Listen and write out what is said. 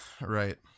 Right